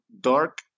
dark